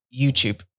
YouTube